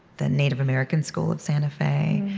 the native american school of santa fe,